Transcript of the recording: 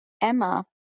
Emma